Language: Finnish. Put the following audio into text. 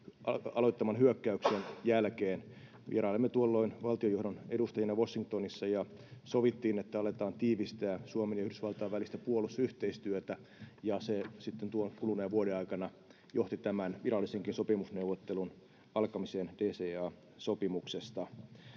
aloittaman hyökkäyksen jälkeen. Vierailimme tuolloin valtionjohdon edustajina Washingtonissa, ja sovittiin, että aletaan tiivistää Suomen ja Yhdysvaltain välistä puolustusyhteistyötä. Se sitten tuon kuluneen vuoden aikana johti tämän virallisenkin sopimusneuvottelun alkamiseen DCA-sopimuksesta.